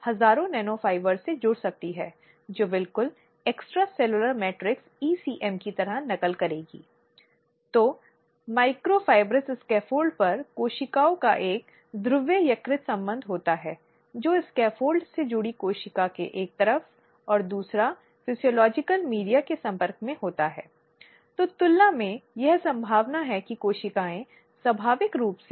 हालांकि यह बहुत महत्वपूर्ण है कि अनौपचारिक निवारण के लिए ऐसी मांग पीड़ित या शिकायतकर्ता से किसी भी स्थिति में नहीं होनी चाहिए चाहे जो भी हो आंतरिक शिकायत समिति को शिकायतकर्ता को सलाह देने या दबाव बनाने या दबाव डालने के रूप में देखा जाना चाहिए ताकि मामले को सीधे प्रतिवादी के साथ हल किया जा सके